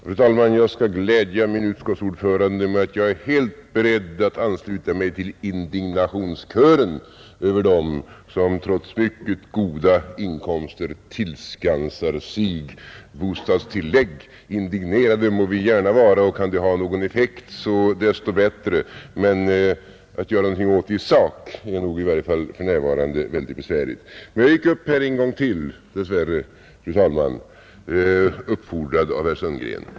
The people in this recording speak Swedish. Fru talman! Jag skall glädja min utskottsordförande med att säga att jag är helt beredd att ansluta mig till indignationskören som sjunger ut sin indignation över dem som trots mycket goda inkomster tillskansar sig bostadstillägg. Indignerade må vi gärna vara, och kan det ha någon effekt också — desto bättre! Men att göra någonting åt förhållandet i sak är nog, i varje fall för närvarande, mycket besvärligt. Fru talman! Jag gick, dess värre, upp i talarstolen en gång till uppfordrad av herr Sundgren.